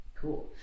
Cool